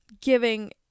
giving